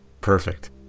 Perfect